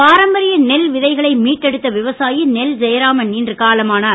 பாரம்பரிய நெல் விதைகளை மீட்டெடுத்த விவசாயி நெல் ஜெயராமன் இன்று காலமானார்